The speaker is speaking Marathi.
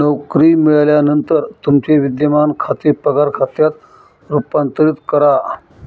नोकरी मिळाल्यानंतर तुमचे विद्यमान खाते पगार खात्यात रूपांतरित करा